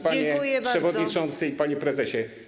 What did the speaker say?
Panie Przewodniczący i Panie Prezesie!